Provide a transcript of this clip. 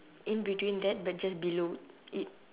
in between that but just below it